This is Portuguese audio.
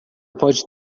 pode